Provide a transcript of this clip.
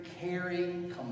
caring